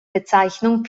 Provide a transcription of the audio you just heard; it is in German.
bezeichnung